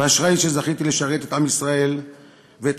ואשרי שזכיתי לשרת את עם ישראל ואת